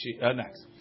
next